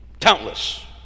Countless